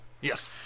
Yes